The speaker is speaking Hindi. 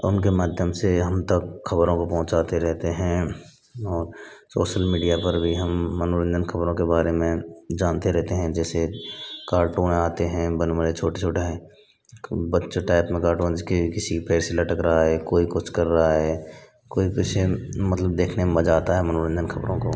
उनके माध्यम से हम तक खबरों को पहुँचाते रहते हैं और सोसल मीडिया पर भी हम मनोरंजन के खबरों को जानते रहते हैं जैसे कार्टून आते हैं बड़े बड़े छोटे छोटे बच्चों टाइप के कार्टून की जैसे किसी पेड़ से लटक रहा है कोई कुछ कर रहा है कोई कुछ मतलब देखने में मज़ा आता है मनोरंजन के खबरों को